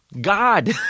God